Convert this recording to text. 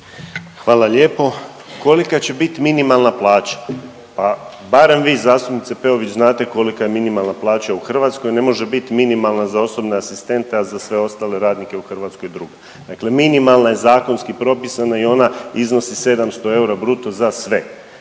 Hvala lijepo. Kolika će bit minimalna plaća? Pa barem vi zastupnice Peović znate kolika je minimalna plaća u Hrvatskoj. Ne može biti minimalna za osobne asistente, a za sve ostale radnike u Hrvatskoj druga. Dakle, minimalna je zakonski propisana i ona iznosi 700 eura bruto za sve.